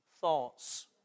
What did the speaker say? thoughts